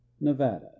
Nevada